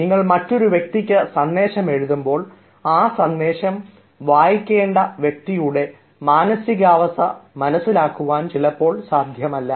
നിങ്ങൾ മറ്റൊരു വ്യക്തിക്ക് സന്ദേശം എഴുതുമ്പോൾ ആ സന്ദേശം വായിക്കേണ്ട വ്യക്തിയുടെ മാനസികാവസ്ഥ മനസ്സിലാക്കുവാൻ സാധ്യമല്ല